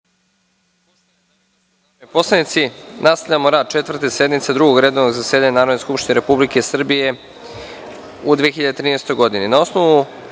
poslanici, nastavljamo rad Četvrte sednice Drugog redovnog zasedanja Narodne skupštine Republike Srbije u 2013. godini. Na osnovu